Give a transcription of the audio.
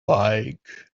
like